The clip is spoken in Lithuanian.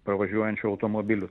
pravažiuojančių automobilių